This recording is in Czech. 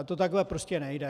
To takhle prostě nejde!